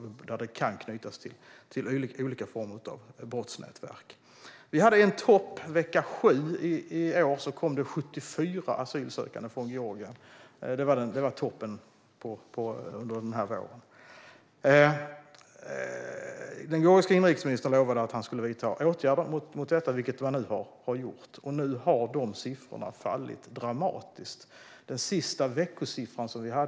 Dessa har kunnat knytas till olika brottsnätverk. Vi hade en topp vecka 7 i år då det kom 74 asylsökande från Georgien. Det var toppen under den här våren. Den georgiske inrikesministern lovade att han skulle vidta åtgärder mot detta, vilket nu har skett. Dessa siffror har nu fallit dramatiskt. Den senaste veckosiffra vi har är 3.